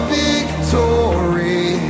victory